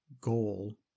goal